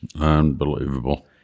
Unbelievable